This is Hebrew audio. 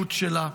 הריבונות שלה.